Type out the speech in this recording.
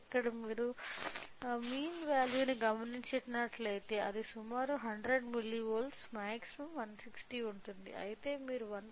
ఇక్కడ మీరు mean value ను గమనించినట్లయితే అది సుమారు 100 మిల్లీవోల్ట్లు మాక్సిమం 160 ఉంటుంది అయితే మీరు 1